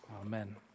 Amen